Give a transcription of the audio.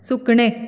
सुकणें